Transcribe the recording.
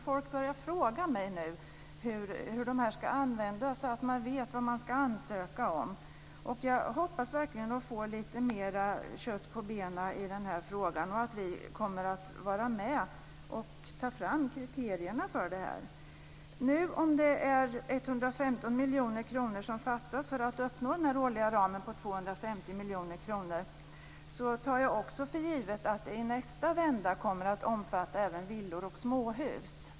Folk börjar fråga mig nu hur pengarna ska användas så att man vet vad man ska ansöka om. Jag hoppas verkligen få lite mer kött på benen i den här frågan. Jag hoppas också att vi kommer att vara med och ta fram kriterierna för det här. Om det är 115 miljoner kronor som fattas för att uppnå den årliga ramen på 250 miljoner kronor tar jag för givet att det i nästa vända kommer att omfatta även villor och småhus.